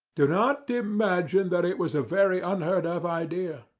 do not imagine that it was a very unheard of idea.